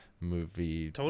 movie